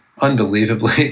unbelievably